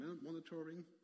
monitoring